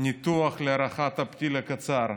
ניתוח להארכת הפתיל הקצר?